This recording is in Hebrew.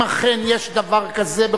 אם אכן יש דבר כזה,